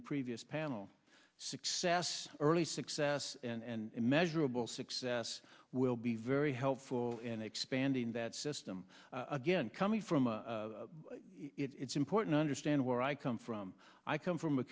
the previous panel success early success and measurable success will be very helpful in expanding that system again coming from a it's important to understand where i come from i come from a